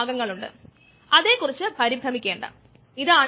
നിങ്ങൾക്ക് തിരിച്ചു പോയി സമവാക്യം നോക്കാം